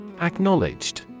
Acknowledged